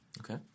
okay